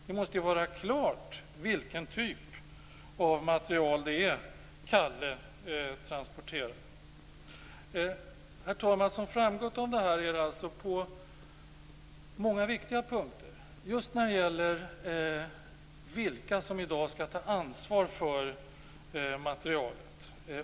Det måste vara klart vilken typ av material det är som Herr talman! Som framgått av detta är det på många viktiga punkter oklart vilka som i dag skall ta ansvar för materialet.